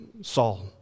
Saul